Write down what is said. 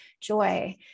joy